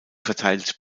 verteilt